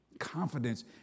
confidence